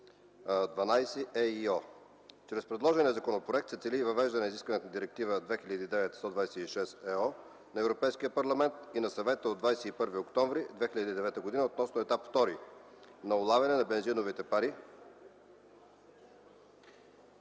93/12/ЕИО. Чрез предложения законопроект се цели и въвеждане изискванията на Директива 2009/126/ЕО на Европейския парламент и на Съвета от 21 октомври 2009 г. относно Етап II на улавяне на бензиновите пари